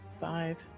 five